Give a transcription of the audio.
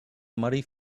muddy